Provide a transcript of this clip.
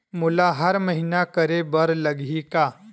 मोला हर महीना करे बर लगही का?